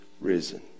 risen